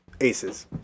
aces